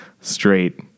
straight